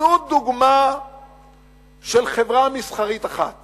תנו דוגמה של חברה מסחרית אחת